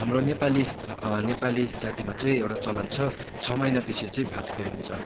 हाम्रो नेपाली नेपाली जातिमा चाहिँ एउटा चलन छ छ महिनापिच्छे चाहिँ भात खुवाइ हुन्छ